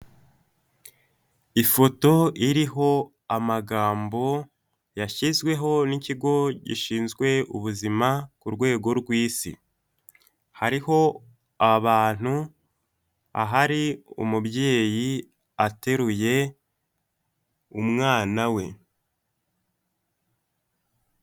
Ifoto iriho amagambo yashyizweho n'ikigo gishinzwe ubuzima ku rwego rw'isi, hariho abantu ahari umubyeyi ateruye umwana we.